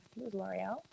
L'Oreal